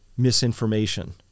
misinformation